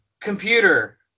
computer